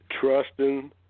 Trusting